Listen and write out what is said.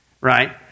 right